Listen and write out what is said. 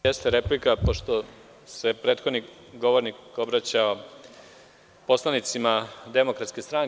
Jeste replika, pošto se prethodni govornik obraćao poslanicima DS, odnosno DS.